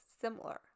similar